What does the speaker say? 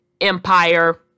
empire